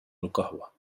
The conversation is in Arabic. القهوة